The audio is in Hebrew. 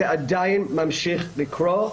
זה עדיין ממשיך לקרות.